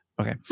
okay